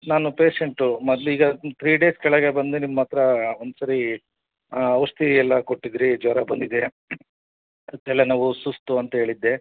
ನಾನು ಪೇಶೆಂಟು ಮೊದ್ಲು ಈಗ ತ್ರೀ ಡೇಸ್ ಕೆಳಗೆ ಬಂದು ನಿಮ್ಮತ್ತಿರ ಒಂದು ಸರಿ ಔಷಧಿ ಎಲ್ಲ ಕೊಟ್ಟಿದ್ದಿರಿ ಜ್ವರ ಬಂದಿದೆ ಅದಕ್ಕೆಲ್ಲ ನಾವು ಸುಸ್ತು ಅಂತ ಹೇಳಿದ್ದೆ